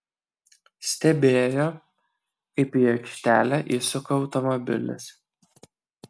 stebėjo kaip į aikštelę įsuka automobilis